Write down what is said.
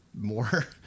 more